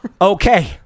okay